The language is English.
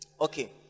Okay